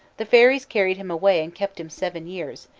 the fairies carried him away and kept him seven years,